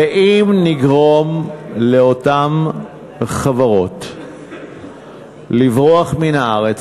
ואם נגרום לאותן חברות לברוח מן הארץ